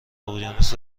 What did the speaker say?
اقیانوس